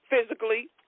physically